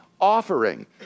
offering